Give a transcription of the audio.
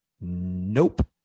Nope